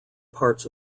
parts